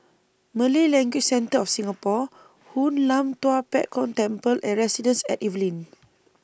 Malay Language Centre of Singapore Hoon Lam Tua Pek Kong Temple and Residences At Evelyn